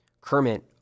Kermit